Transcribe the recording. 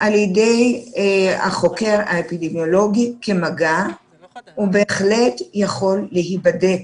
על ידי החוקר האפידמיולוגי כמגע בהחלט יכול להיבדק.